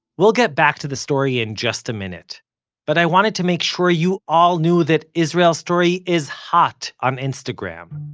we'll get back to the story in just a minute but i wanted to make sure you all knew that israel story is hot on instagram.